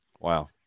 Wow